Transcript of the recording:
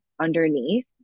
underneath